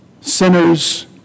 sinners